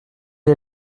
est